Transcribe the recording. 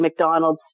McDonalds